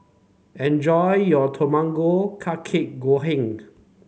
enjoy your Tamago Kake Gohan